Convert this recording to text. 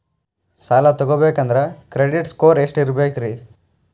ಸಾಲ ತಗೋಬೇಕಂದ್ರ credit score ಎಷ್ಟ ಇರಬೇಕ್ರಿ?